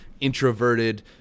introverted